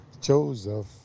Joseph